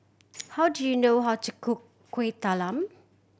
how do you know how to cook Kuih Talam